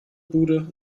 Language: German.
bude